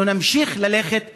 אנחנו נמשיך ללכת ביחד.